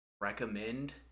recommend